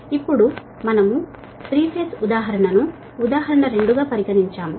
ఇప్పుడు మనము 3 ఫేజ్ ఉదాహరణను ఉదాహరణ 2 గా అనుకున్నాము